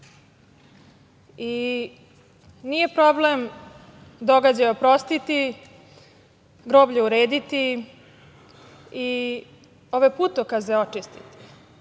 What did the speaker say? problem događaje oprostiti, groblja urediti i ove putokaze očistiti.